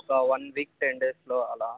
ఒక one week ten డేస్లో అలా